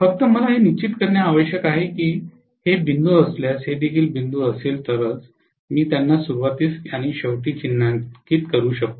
फक्त मला हे निश्चित करणे आवश्यक आहे की हे बिंदू असल्यास हे देखील बिंदू असेल तरच मी त्यांना सुरूवातीस आणि शेवटी चिन्हांकित करू शकतो